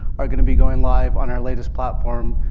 are going to be going live on our latest platform,